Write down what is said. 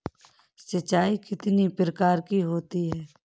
सिंचाई कितनी प्रकार की होती हैं?